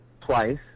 twice